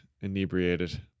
inebriated